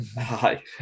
Hi